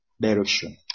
direction